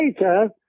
later